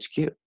HQ